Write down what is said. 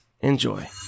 Enjoy